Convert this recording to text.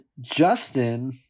Justin